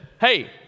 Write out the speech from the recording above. hey